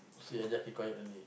so you just keep quiet only